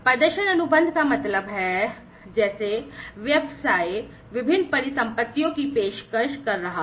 प्रदर्शन अनुबंध का मतलब है जैसे व्यवसाय विभिन्न परिसंपत्तियों की पेशकश कर रहा है